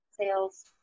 sales